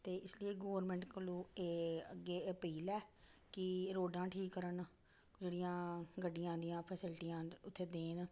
ते इस लेई गोरमैंट कोलु ऐ अग्गें एह् अपील ऐ कि रोडां ठीक करन ते जेह्ड़ियां गड्डियां दियां फैसलटियां न उत्थें देन